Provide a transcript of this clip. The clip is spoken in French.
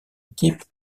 équipe